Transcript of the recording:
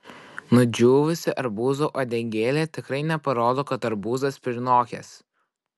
nudžiūvusi arbūzo uodegėlė tikrai neparodo kad arbūzas prinokęs